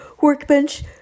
workbench